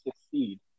succeed